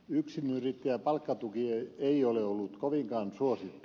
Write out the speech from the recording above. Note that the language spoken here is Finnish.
yksinyrittäjän palkkatuki ei ole ollut kovinkaan suosittu